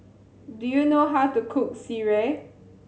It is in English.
do you know how to cook Sireh